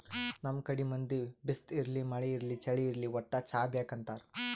ನಮ್ ಕಡಿ ಮಂದಿ ಬಿಸ್ಲ್ ಇರ್ಲಿ ಮಳಿ ಇರ್ಲಿ ಚಳಿ ಇರ್ಲಿ ವಟ್ಟ್ ಚಾ ಬೇಕ್ ಅಂತಾರ್